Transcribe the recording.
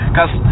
Cause